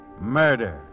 murder